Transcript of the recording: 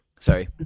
Sorry